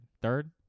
Third